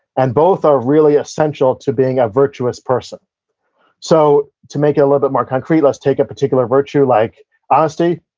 and both are really essential to being a virtuous person so, to make it a little bit more concrete, let's take a particular virtue like honesty.